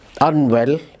unwell